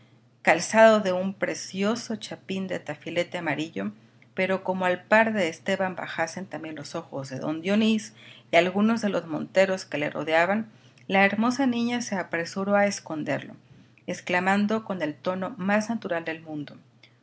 calzado de un precioso chapín de tafilete amarillo pero como al par de esteban bajasen también los ojos de don dionís y algunos de los monteros que le rodeaban la hermosa niña se apresuró a esconderlo exclamando con el tono más natural del mundo